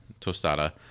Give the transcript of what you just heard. tostada